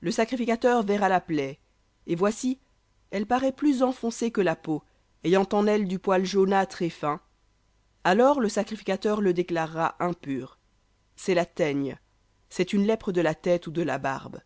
le sacrificateur verra la plaie et voici elle paraît plus enfoncée que la peau ayant en elle du poil jaunâtre et fin alors le sacrificateur le déclarera impur c'est la teigne c'est une lèpre de la tête ou de la barbe